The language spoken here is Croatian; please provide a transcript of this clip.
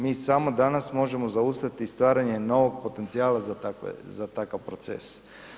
Mi samo danas možemo zaustaviti stvaranja novog potencijala za takav proces.